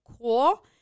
cool